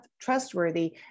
trustworthy